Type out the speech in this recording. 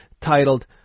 titled